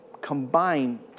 combine